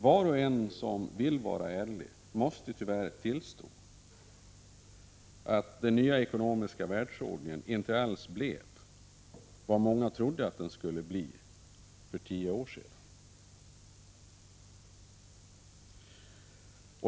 Var och en som vill vara ärlig måste tyvärr tillstå att den nya ekonomiska världsordningen inte alls blev vad många trodde att den skulle bli för tio år sedan.